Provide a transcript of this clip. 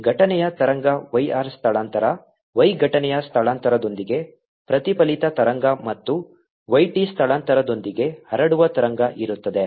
ಘಟನೆಯ ತರಂಗ y r ಸ್ಥಳಾಂತರ y ಘಟನೆಯ ಸ್ಥಳಾಂತರದೊಂದಿಗೆ ಪ್ರತಿಫಲಿತ ತರಂಗ ಮತ್ತು y t ಸ್ಥಳಾಂತರದೊಂದಿಗೆ ಹರಡುವ ತರಂಗ ಇರುತ್ತದೆ